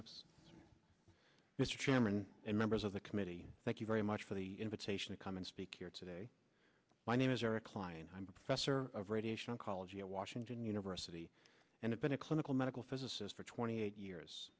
chairman and members of the committee thank you very much for the invitation to come and speak here today my name is eric cline i'm a professor of radiation oncology a washington university and have been a clinical medical physicist for twenty eight years